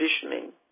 conditioning